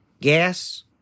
gas